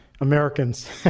Americans